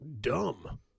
dumb